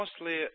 mostly